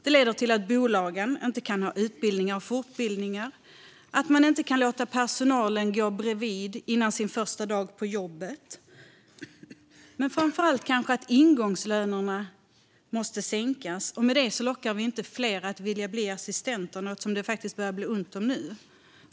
Det leder till att bolagen inte kan ha utbildningar och fortbildningar och inte kan låta ny personal gå bredvid före sin första dag på jobbet. Framför allt leder det till att ingångslönerna måste sänkas, och med det lockar man inte fler att bli assistenter, något som det faktiskt börjar bli ont om nu.